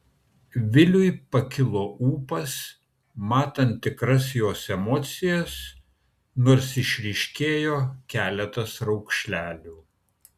viliui pakilo ūpas matant tikras jos emocijas nors išryškėjo keletas raukšlelių